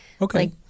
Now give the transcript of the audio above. Okay